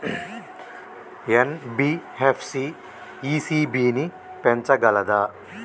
NBFC ECB ని పెంచగలదా?